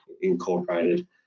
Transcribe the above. incorporated